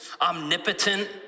omnipotent